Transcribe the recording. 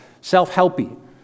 self-helpy